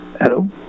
hello